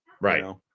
right